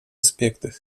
аспектах